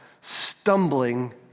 stumbling